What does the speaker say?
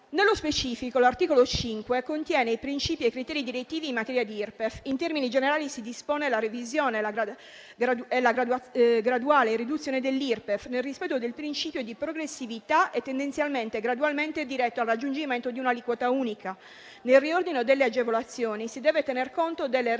Nello specifico, l'articolo 5 contiene i principi e criteri direttivi in materia di Irpef. In termini generali si dispone la revisione e la graduale riduzione dell'Irpef, nel rispetto del principio di progressività e tendenzialmente e gradualmente diretto al raggiungimento di un'aliquota unica. Nel riordino delle agevolazioni si deve tener conto delle relative